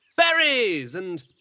berries and,